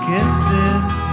Kisses